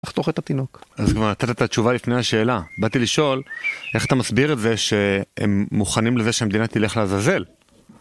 לחתוך את התינוק. אז כבר נתת את התשובה לפני השאלה. באתי לשאול, איך אתה מסביר את זה שהם מוכנים לזה שהמדינה תלך לעזאזל?